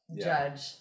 judge